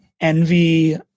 envy